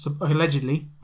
allegedly